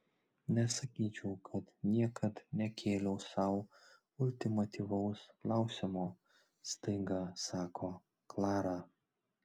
nesakyčiau kad niekad nekėliau sau ultimatyvaus klausimo staiga sako klara